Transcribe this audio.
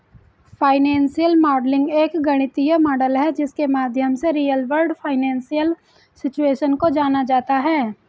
financial modelling एक गणितीय model है जिसके माध्यम से रियल वर्ल्ड फाइनेंशियल सिचुएशन को जाना जाता है